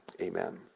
Amen